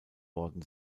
worden